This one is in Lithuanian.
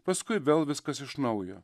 paskui vėl viskas iš naujo